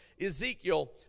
Ezekiel